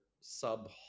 sub